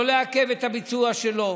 לא לעכב את הביצוע שלו.